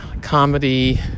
comedy